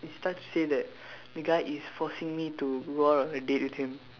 he starts to say that the guy is forcing me to go out a date with him